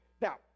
Now